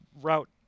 route